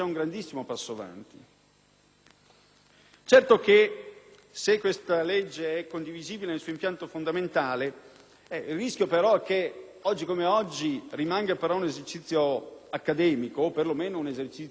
Certo che, se questo provvedimento è condivisibile nel suo impianto fondamentale, il rischio è che, oggi come oggi, rimanga però un esercizio accademico o perlomeno un esercizio legislativo fra di noi,